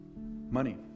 money